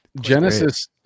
Genesis